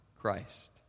Christ